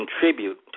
contribute